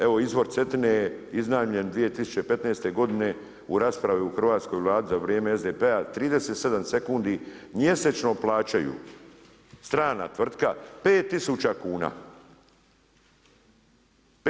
Evo izvor Cetine je iznajmljen 2015. godine u raspravi u hrvatskoj Vladi za vrijeme SDP-a 37 sekundi mjesečno plaćaju, strana tvrtka 5 tisuća kuna.